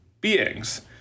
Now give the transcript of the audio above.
beings